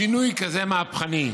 שינוי כזה מהפכני,